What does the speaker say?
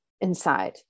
inside